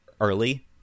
early